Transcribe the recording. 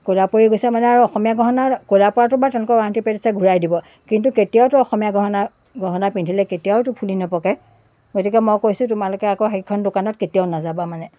ক'লা পৰি গৈছে মানে আৰু অসমীয়া গহণাৰ ক'লা পৰাটো বাৰু তেওঁলোকে ৱাৰেণ্টি পেজ আছে ঘূৰাই দিব কিন্তু কেতিয়াওতো অসমীয়া গহণা গহণা পিন্ধিলে কেতিয়াওতো ফুলি নপকে গতিকে মই কৈছোঁ তোমালোকে আকৌ সেইখন দোকানত কেতিয়াও নাযাবা মানে